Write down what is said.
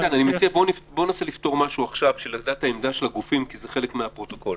בואו ננסה לפתור משהו עכשיו כי זה חלק מהפרוטוקול.